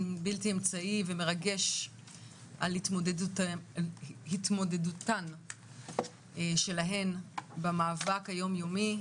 בלתי אמצעי ומרגש על התמודדותן שלהן במאבק היומיומי,